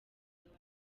ngo